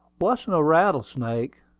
wuss'n a rattlesnake.